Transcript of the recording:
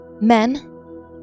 Men